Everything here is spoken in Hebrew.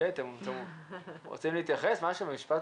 אנחנו ניפגש פה מחר שוב.